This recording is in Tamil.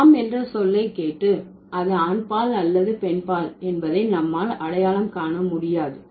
நாம் என்ற சொல்லை கேட்டு அது ஆண்பால் அல்லது பெண்பால் என்பதை நம்மால் அடையாளம் காண முடியாது